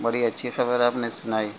بڑی اچھی خبر آپ نے سنائی